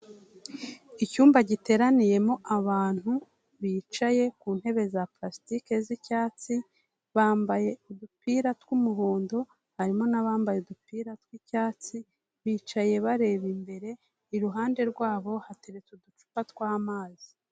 Icyumba giteraniyemo abantu, bicaye ku ntebe za purasitike z'icyatsi, bambaye udupira tw'umuhondo, harimo n'abambaye udupira tw'icyatsi, bicaye bareba imbere, iruhande rwabo hateretse uducupa tw'amazi.